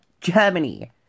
Germany